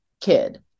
kid